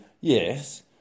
yes